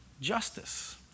justice